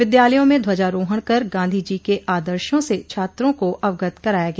विद्यालयों में ध्वजारोहण कर गांधी जी के आदर्शो से छात्रों को अवगत कराया गया